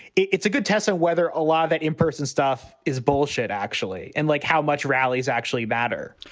it's a good test of whether a lot of that in-person stuff is bullshit, actually, and like how much rallies actually matter